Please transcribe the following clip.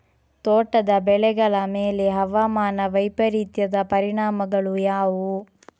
ತೋಟದ ಬೆಳೆಗಳ ಮೇಲೆ ಹವಾಮಾನ ವೈಪರೀತ್ಯದ ಪರಿಣಾಮಗಳು ಯಾವುವು?